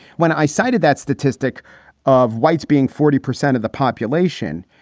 when i cited that statistic of whites being forty percent of the population.